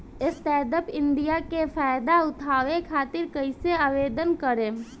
Stand up India के फाइदा उठाओ खातिर कईसे आवेदन करेम?